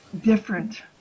different